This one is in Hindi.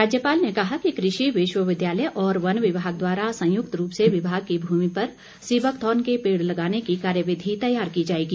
राज्यपाल ने कहा कि कृषि विश्वविद्यालय और वन विभाग द्वारा संयुक्त रूप से विभाग की भूमि पर सी बकथार्न के पेड़ लगाने की कार्य विधि तैयार की जाएगी